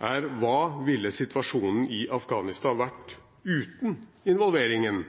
er: Hva ville situasjonen i Afghanistan vært uten involveringen